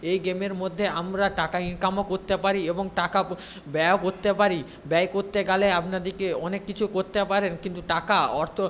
এই গেমের মধ্যে আমরা টাকা ইনকামও করতে পারি এবং টাকা ব্যয়ও করতে পারি ব্যয় করতে গালে আপনাদেরকে অনেক কিছু করতে পারেন কিন্তু টাকা অর্থ